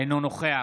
אינו נוכח